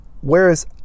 whereas